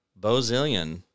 bozillion